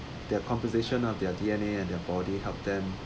their composition of their D_N_A and their body help them